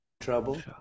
Trouble